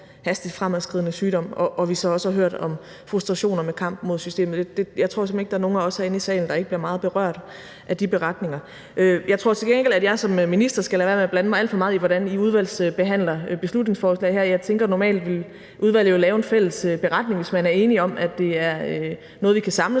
hastigt fremadskridende sygdom, og hvor vi så også hører om deres frustrationer i kampen mod systemet. Jeg tror simpelt hen ikke, at der er nogen af os herinde i salen, der ikke bliver meget berørt af de beretninger. Jeg tror til gengæld, at jeg som minister skal lade være med at blande mig alt for meget i, hvordan I udvalgsbehandler beslutningsforslaget her. Jeg tænker, at normalt vil udvalget jo lave en fælles beretning, hvis man er enige om, at det er noget, vi kan samles